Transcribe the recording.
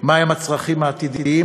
הצרכים העתידיים,